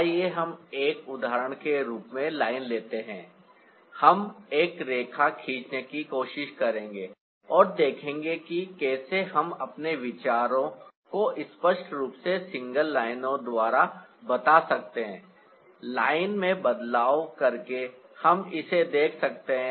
आइए हम एक उदाहरण के रूप में लाइन लेते हैं हम एक रेखा खींचने की कोशिश करेंगे और देखेंगे कि कैसे हम अपने विचारों को स्पष्ट रूप से सिंगल लाइनों द्वारा बता सकते हैं लाइन में बदलाव करके हम इसे देख सकते हैं